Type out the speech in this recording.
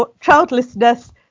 childlessness